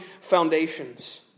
foundations